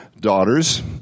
daughters